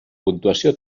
puntuació